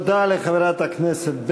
תודה לחברת הכנסת ברקו.